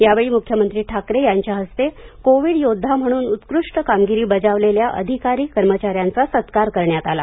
यावेळी म्ख्यमंत्री ठाकरे यांच्या हस्ते कोविड योद्वा म्हणून उत्कृष्ट कामगिरी बजावलेल्या अधिकारी कर्मचाऱ्यांचा सत्कार करण्यात आला